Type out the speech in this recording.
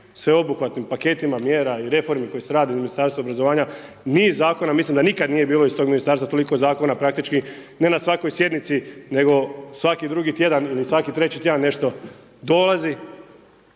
sveobuhvatnim paketima mjera i reformi koje su radili u Ministarstvu obrazovanja, niz zakona, mislim da nikada nije bilo iz tog ministarstva toliko zakona praktički ne na svakoj sjednici nego svaki drugi tjedan ili svaki treći tjedan nešto dolazi